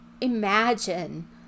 imagine